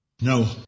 No